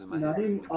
נעים.